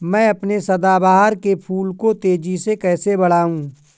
मैं अपने सदाबहार के फूल को तेजी से कैसे बढाऊं?